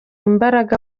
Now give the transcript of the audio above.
imbaraga